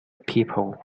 people